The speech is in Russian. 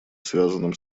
связанным